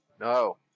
No